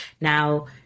now